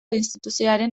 instituzioaren